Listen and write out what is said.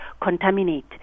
contaminate